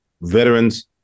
veterans